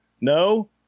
no